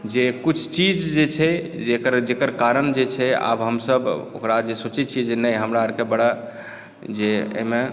जे कुछ चीज़ जे छै जेकर कारण जे छै आब हमसभ ओकरा जे सोचै छियै नहि हमरा आरके बड़ा जे एहिमे